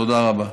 תודה רבה.